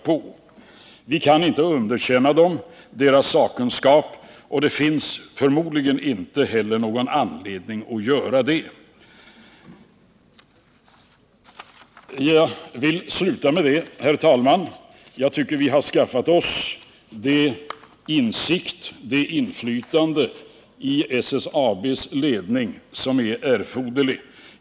Vi kan alltså inte underkänna deras sakkunskap, och förmodligen finns det inte heller någon anledning att göra det. Jag vill sluta med detta, herr talman. Vi har, enligt min mening, skaffat oss den insikt i och det inflytande över SSAB:s ledning som är erforderlig.